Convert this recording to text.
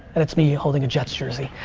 that's me holding a jets jersey.